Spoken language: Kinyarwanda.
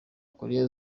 koreya